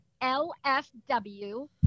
lfw